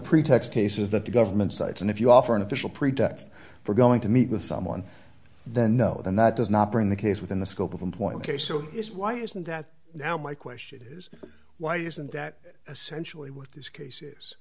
pretext cases that the government sites and if you offer an official pretext for going to meet with someone then no then that does not bring the case within the scope of the point case so is why isn't that now my question is why isn't that essentially what this case